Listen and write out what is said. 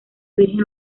virgen